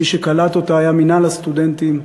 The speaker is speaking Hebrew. מי שקלט אותה היה מינהל הסטודנטים.